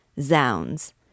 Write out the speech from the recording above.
Zounds